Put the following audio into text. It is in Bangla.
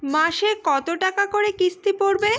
মাসে কত টাকা করে কিস্তি পড়বে?